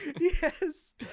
Yes